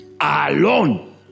Alone